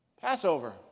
Passover